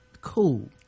cool